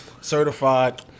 certified